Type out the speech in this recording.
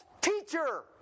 teacher